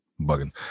bugging